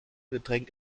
getränk